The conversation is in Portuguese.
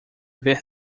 ver